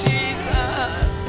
Jesus